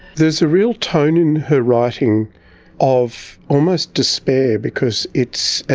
there's a real tone in her writing of almost despair, because it's. ah